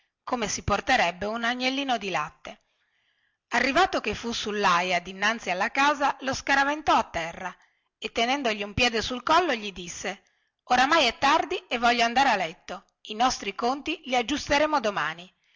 come si porterebbe un agnellino di latte arrivato che fu sullaia dinanzi alla casa lo scaraventò in terra e tenendogli un piede sul collo gli disse oramai è tardi e voglio andare a letto i nostri conti li aggiusteremo domani